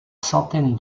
centaine